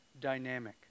dynamic